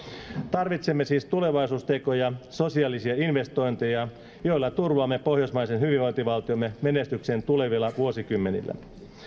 tarvitsemme siis tulevaisuustekoja sosiaalisia investointeja joilla turvaamme pohjoismaisen hyvinvointivaltiomme menestyksen tulevilla vuosikymmenillä